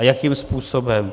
A jakým způsobem?